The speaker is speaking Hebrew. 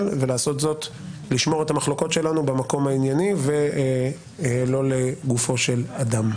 ולשמור את המחלוקות שלנו במקום הענייני ולא לגופו של אדם.